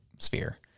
sphere